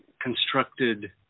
constructed